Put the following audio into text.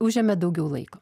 užėmė daugiau laiko